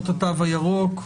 תודה.